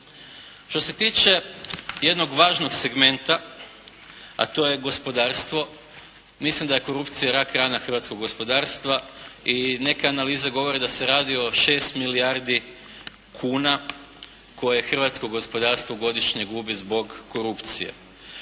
Što se tiče jednog važnog segmenta, a to je gospodarstvo mislim da je korupcija rak rana hrvatskog gospodarstva i neke analize govore da se radi o 6 milijardi kuna koje hrvatsko gospodarstvo godišnje gubi zbog korupcije.